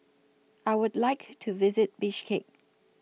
I Would like to visit Bishkek